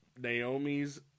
Naomi's